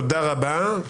תודה רבה.